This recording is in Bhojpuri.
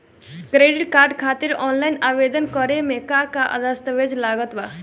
क्रेडिट कार्ड खातिर ऑफलाइन आवेदन करे म का का दस्तवेज लागत बा?